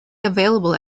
available